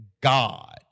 God